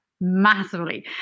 massively